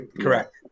Correct